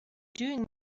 doing